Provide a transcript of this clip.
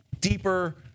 deeper